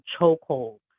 chokehold